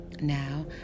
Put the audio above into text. Now